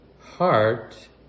heart